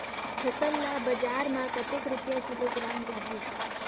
फसल ला बजार मां कतेक रुपिया किलोग्राम जाही?